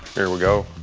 here we go.